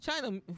China